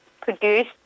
produced